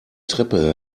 treppe